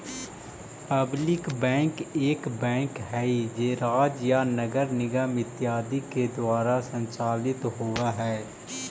public bank एक bank हइ जे राज्य या नगर निगम इत्यादि के द्वारा संचालित होवऽ हइ